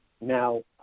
Now